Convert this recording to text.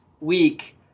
week